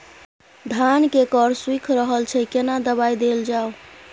धान के कॉर सुइख रहल छैय केना दवाई देल जाऊ?